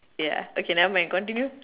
ya okay nevermind continue